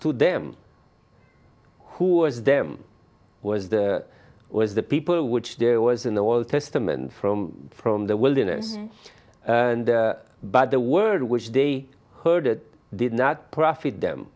them who was there was the was the people which there was in the old testament from from the wilderness and by the word which they heard it did not profit them